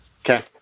Okay